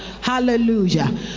hallelujah